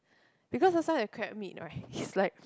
because last time the crab meat right it's like